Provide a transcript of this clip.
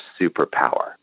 superpower